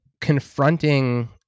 confronting